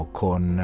con